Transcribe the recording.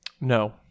No